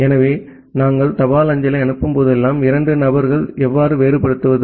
எனவே நாங்கள் தபால் அஞ்சலை அனுப்பும்போதெல்லாம் இரண்டு நபர்களை எவ்வாறு வேறுபடுத்துவது